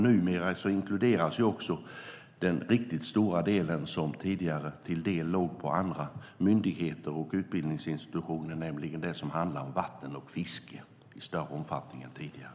Numera inkluderas det område som tidigare låg på andra myndigheter och utbildningsinstitutioner, nämligen vatten och fiske.